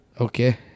Okay